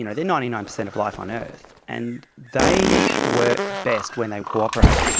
you know they are ninety nine percent of life on earth, and they work best when they cooperate,